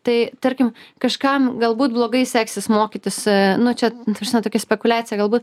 tai tarkim kažkam galbūt blogai seksis mokytis nu čia ta prasme tokia spekuliacija galbūt